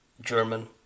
German